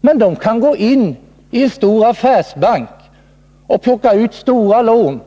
Men de har kunnat gå in i en stor affärsbank och plocka ut stora lån,